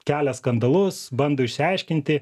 kelia skandalus bando išsiaiškinti